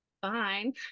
fine